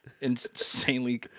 insanely